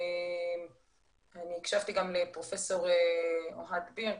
אני גם הקשבתי לפרופ' אוהד בירק,